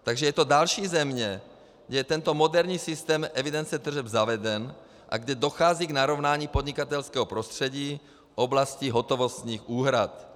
Takže je to další země, kde je tento moderní systém evidence tržeb zaveden a kde dochází k narovnání podnikatelského prostředí v oblasti hotovostních úhrad.